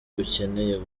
ukeneye